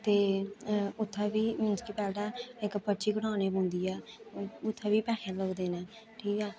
ते उत्थै बी मतलब कि पैह्लें इक पर्ची कटाने पौंदी ऐ उत्थै बी पैहे लगदे न ठीक ऐ